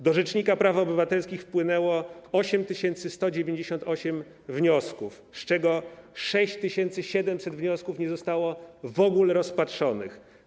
Do rzecznika praw obywatelskich wpłynęło 8198 wniosków, z czego 6700 wniosków w ogóle nie zostało rozpatrzonych.